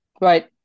Right